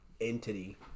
entity